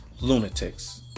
lunatics